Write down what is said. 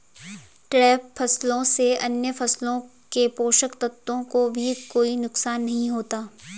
trap फसलों से अन्य फसलों के पोषक तत्वों को भी कोई नुकसान नहीं होता